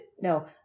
no